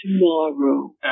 tomorrow